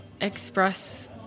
express